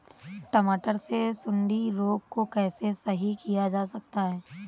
टमाटर से सुंडी रोग को कैसे सही किया जा सकता है?